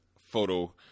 photo